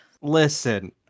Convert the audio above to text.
Listen